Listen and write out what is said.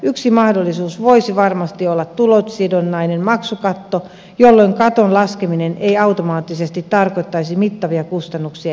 yksi mahdollisuus voisi varmasti olla tulosidonnainen maksukatto jolloin katon laskeminen ei automaattisesti tarkoittaisi mittavia kustannuksia järjestelmälle